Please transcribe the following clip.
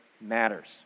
matters